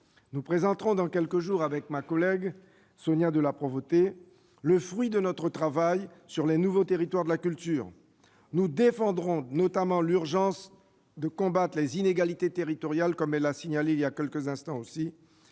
présenterons dans quelques jours le fruit de notre travail sur les nouveaux territoires de la culture. Nous défendrons notamment l'urgence de combattre les inégalités territoriales- elle l'a signalé il y a quelques instants -,